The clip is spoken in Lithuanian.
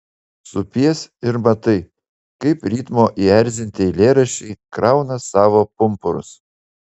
supies ir matai kaip ritmo įerzinti eilėraščiai krauna savo pumpurus